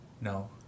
No